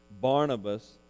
Barnabas